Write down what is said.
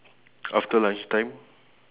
after lunch time